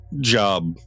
job